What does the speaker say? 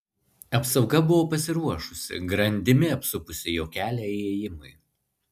apsauga buvo pasiruošusi grandimi apsupusi jo kelią įėjimui